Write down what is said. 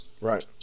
Right